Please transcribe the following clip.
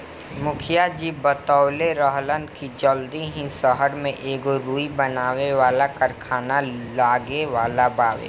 मुखिया जी बतवले रहलन की जल्दी ही सहर में एगो रुई बनावे वाला कारखाना लागे वाला बावे